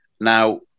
now